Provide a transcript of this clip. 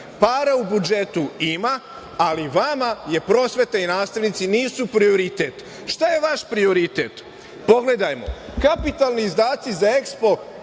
Para u budžetu ima, ali vama je prosveta i nastavnici nisu prioritet. Šta je vaš prioritet? Pogledajmo, kapitalni izdaci za EKSPO